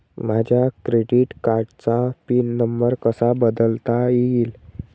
माझ्या क्रेडिट कार्डचा pin number कसा बदलता येईल?